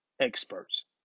experts